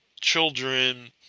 children